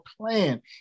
plan